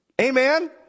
Amen